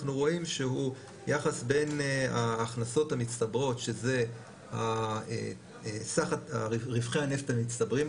אנחנו רואים שהוא יחס בין ההכנסות המצטברות שזה סך רווחי הפט המצטברים,